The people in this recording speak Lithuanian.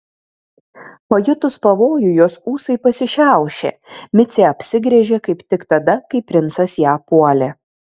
pajutus pavojų jos ūsai pasišiaušė micė apsigręžė kaip tik tada kai princas ją puolė